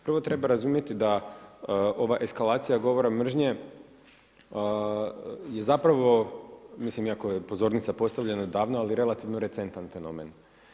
Prvo treba razumjeti da ova eskalacija govora mržnje je zapravo mislim, iako je pozornica postavljena odavno, ali relativno recentan fenomen.